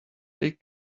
take